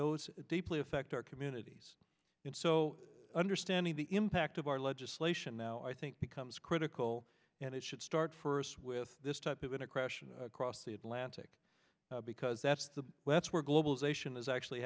those deeply affect our communities and so understanding the impact of our legislation now i think becomes critical and it should start first with this type in a question across the atlantic because that's the wets where globalization is actually